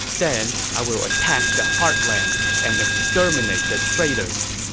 then i will attack the heartlands and exterminate the traitors.